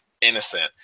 innocent